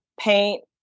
paint